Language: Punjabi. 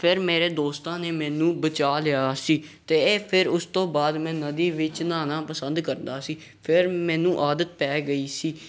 ਫਿਰ ਮੇਰੇ ਦੋਸਤਾਂ ਨੇ ਮੈਨੂੰ ਬਚਾ ਲਿਆ ਸੀ ਅਤੇ ਇਹ ਫਿਰ ਉਸ ਤੋਂ ਬਾਅਦ ਮੈਂ ਨਦੀ ਵਿਚ ਨਹਾਉਣਾ ਪਸੰਦ ਕਰਦਾ ਸੀ ਫਿਰ ਮੈਨੂੰ ਆਦਤ ਪੈ ਗਈ ਸੀ